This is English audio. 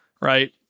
right